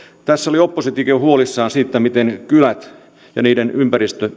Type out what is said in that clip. tässä oli oppositiokin jo huolissaan siitä miten kylät ja niiden ympäristö